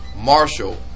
Marshall